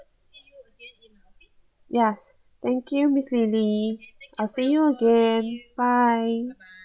yes thank you miss lily I'll see you again bye